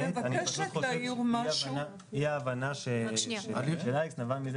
אני פשוט חושב שאי-ההבנה של אלכס נבעה מזה